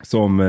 Som